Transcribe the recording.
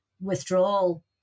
withdrawal